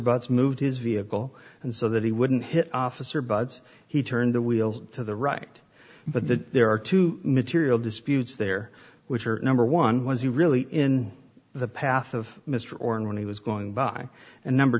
butts move his vehicle and so that he wouldn't hit officer bud's he turned the wheel to the right but that there are two material disputes there which are number one was he really in the path of mr or and when he was going by and number